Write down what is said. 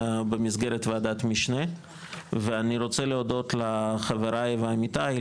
במסגרת וועדת משנה ואני רוצה להודות לחבריי ועמיתיי,